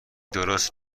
درست